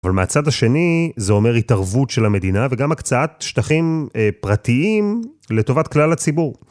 אבל מהצד השני, זה אומר התערבות של המדינה, וגם הקצאת שטחים פרטיים לטובת כלל הציבור.